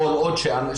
כלומר,